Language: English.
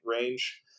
range